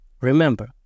Remember